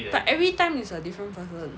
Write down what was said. but everytime is a different person